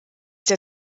der